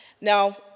Now